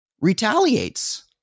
retaliates